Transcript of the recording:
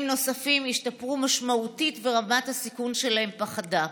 נוספים השתפרו משמעותית ורמת הסיכון שלהם פחתה.